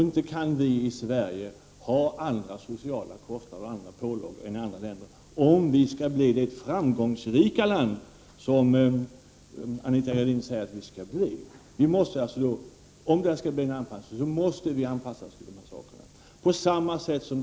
Inte kan vi i Sverige ha andra sociala kostnader och pålagor än i andra länder om Sverige skall bli det framgångsrika land som Anita Gradin säger att det skall bli. Om det skall bli en EG-anpassning måste vi anpassa oss på de här punkterna.